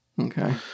Okay